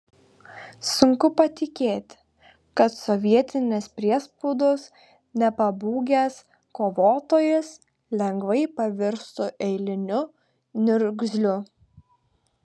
sunku patikėti kad sovietinės priespaudos nepabūgęs kovotojas lengvai pavirstų eiliniu niurgzliu